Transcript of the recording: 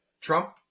Trump